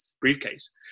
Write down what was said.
briefcase